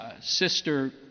sister